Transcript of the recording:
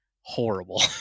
horrible